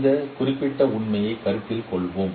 இந்த குறிப்பிட்ட உண்மையை கருத்தில் கொள்வோம்